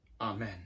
Amen